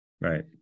right